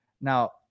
now